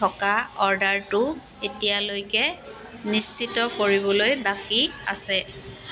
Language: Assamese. থকা অৰ্ডাৰটো এতিয়ালৈকে নিশ্চিত কৰিবলৈ বাকী আছে